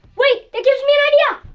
wait, that gives me an idea!